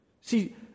See